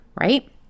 right